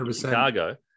Chicago